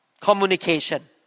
communication